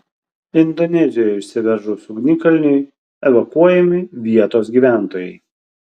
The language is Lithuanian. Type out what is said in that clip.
indonezijoje išsiveržus ugnikalniui evakuojami vietos gyventojai